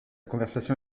conversation